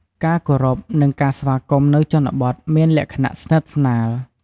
ការគោរព និងស្វាគមន៌នៅជនបទមានលក្ខណៈស្និទ្ធស្នាល។